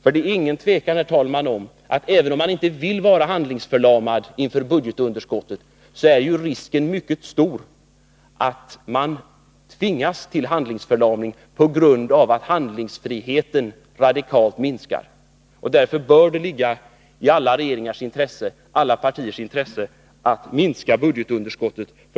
För även om man inte vill vara handlingsförlamad till följd av budgetunderskottet, är det inget tvivel om att risken är mycket stor att man tvingas till handlingsförlamning på grund av att handlingsfriheten radikalt minskar. Därför bör det ligga i alla regeringars och alla partiers intresse att minska budgetunderskottet.